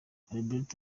albert